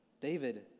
David